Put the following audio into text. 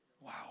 Wow